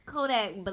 Kodak